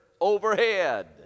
overhead